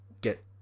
get